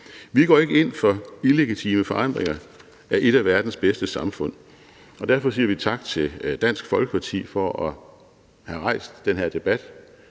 Vi går ikke ind for illegitime forandringer af et af verdens bedste samfund, og derfor siger vi tak til Dansk Folkeparti for at have rejst den her debat.